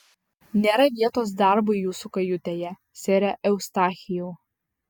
nėra vietos darbui jūsų kajutėje sere eustachijau